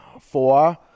Four